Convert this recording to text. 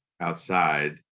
outside